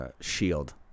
shield